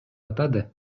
атады